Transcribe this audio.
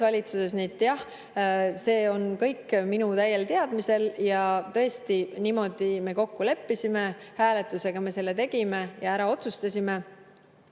valitsuses. Jah, see on kõik minu täiel teadmisel ja tõesti niimoodi me kokku leppisime. Hääletusega me selle ära otsustasime.